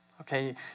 Okay